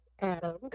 Adam